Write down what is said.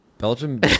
belgium